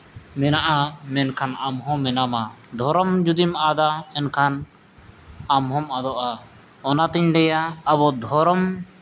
ᱢᱮᱱᱟᱜᱼᱟ ᱢᱮᱱᱠᱷᱟᱱ ᱟᱢ ᱦᱚᱸ ᱢᱮᱱᱟᱢᱟ ᱫᱷᱚᱨᱚᱢ ᱡᱩᱫᱤᱢ ᱟᱫᱟ ᱮᱱᱠᱷᱟᱱ ᱟᱢ ᱦᱚᱢ ᱟᱫᱚᱜᱼᱟ ᱚᱱᱟᱛᱤᱧ ᱞᱟᱹᱭᱟ ᱟᱵᱚ ᱫᱷᱚᱨᱚᱢ